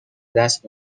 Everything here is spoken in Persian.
دست